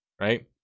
Right